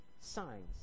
signs